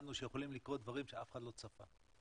למדנו שיכולים לקרות דברים שאף אחד לא צפה.